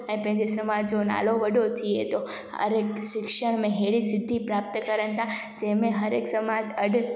ऐं पंहिंजे समाज जो नालो वॾो थिए थो हर हिकु शिक्षा में अहिड़ी सिद्धि प्राप्त करनि था जंहिं में हर हिकु समाज अॼु